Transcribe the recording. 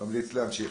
ממליץ להמשיך.